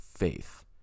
faith